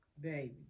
Baby